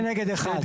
אחת כנגד אחת.